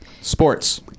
Sports